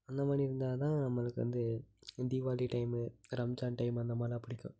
அந்த மாதிரி இருந்தால் தான் நம்மளுக்கு வந்து தீவாளி டைமு ரம்ஜான் டைமு அந்த மாதிரிலாம் பிடிக்கும்